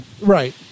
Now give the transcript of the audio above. Right